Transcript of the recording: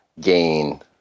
gain